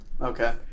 Okay